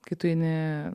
kai tu eini